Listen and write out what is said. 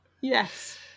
Yes